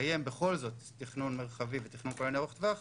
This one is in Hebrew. לקיים בכל זאת תכנון מרחבי ותכנון כוללני ארוך טווח,